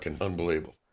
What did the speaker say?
unbelievable